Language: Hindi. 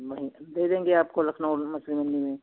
वहीं दे देंगे आपको लखनऊ मछली मंडी में